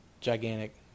gigantic